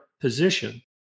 position